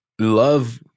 love